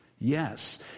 Yes